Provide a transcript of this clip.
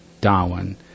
Darwin